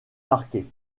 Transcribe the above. marqué